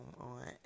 on